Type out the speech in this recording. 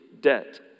debt